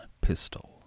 pistol